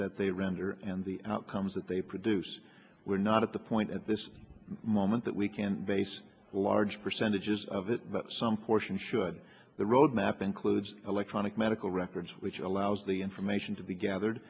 that they render and the outcomes that they produce we're not at the point at this moment that we can base large percentages of it but some portion should the roadmap includes electronic medical records which allows the information to be gathered